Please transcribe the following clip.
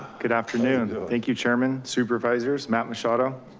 good afternoon. thank you. chairman supervisors, matt machado.